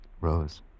Rose